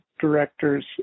directors